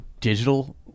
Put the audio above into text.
digital